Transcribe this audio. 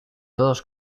todos